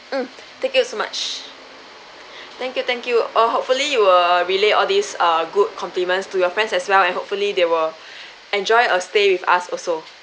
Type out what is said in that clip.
mm thank you so much thank you thank you oh hopefully you will relay all these err good compliments to your friends as well and hopefully they will enjoy a stay with us also